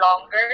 longer